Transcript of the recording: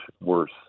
worse